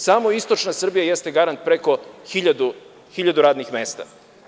Samo istočna Srbija jeste garant preko 1000 radnih mesta.